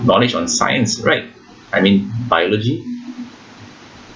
knowledge on science right I mean biology